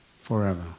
forever